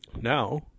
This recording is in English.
Now